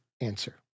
answer